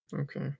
Okay